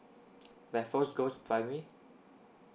raffles girls primary